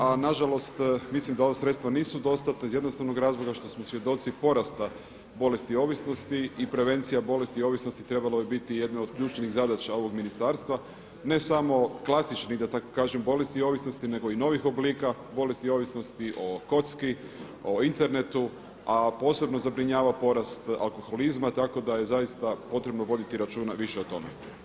A nažalost mislim da ova sredstva nisu dostatna iz jednostavnog razloga što smo svjedoci porasta bolesti ovisnosti i prevencija bolesti i ovisnosti trebalo je biti jedno od ključnih zadaća ovog ministarstva ne samo klasičnih da kažem bolesti i ovisnosti nego i novih oblika bolesti i ovisnosti o kocki, o internetu a posebno zabrinjava porast alkoholizma tako da je zaista potrebno voditi računa više o tome.